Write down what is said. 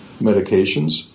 medications